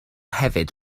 hefyd